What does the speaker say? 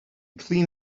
clean